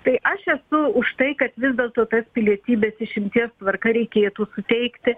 tai aš esu už tai kad vis dėl to tas pilietybės išimties tvarka reikėtų suteikti